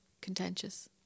Contentious